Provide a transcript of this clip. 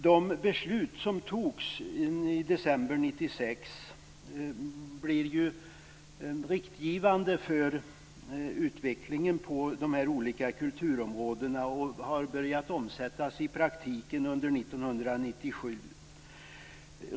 De beslut som fattades i december 1996 blev riktningsgivande för utvecklingen på de olika kulturområdena. De har börjat omsättas i praktiken under 1997.